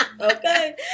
Okay